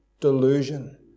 delusion